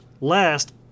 last